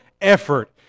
effort